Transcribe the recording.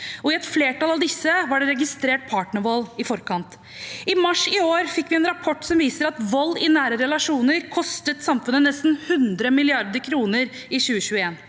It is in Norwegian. og i et flertall av disse var det registrert partnervold i forkant. I mars i år fikk vi en rapport som viser at vold i nære relasjoner kostet samfunnet nesten 100 mrd. kr i 2021.